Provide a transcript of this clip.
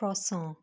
croissant